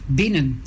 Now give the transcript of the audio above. binnen